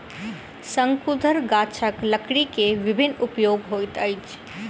शंकुधर गाछक लकड़ी के विभिन्न उपयोग होइत अछि